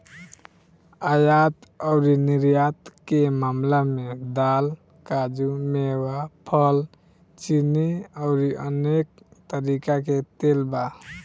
आयात अउरी निर्यात के मामला में दाल, काजू, मेवा, फल, चीनी अउरी अनेक तरीका के तेल बा